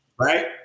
Right